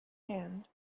hand